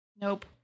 nope